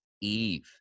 Eve